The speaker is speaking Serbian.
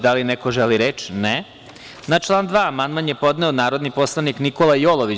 Da li neko želi reč? (Ne) Na član 2. amandman je podneo narodni poslanik Nikola Jolović.